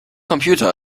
computer